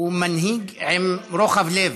הוא מנהיג עם רוחב לב.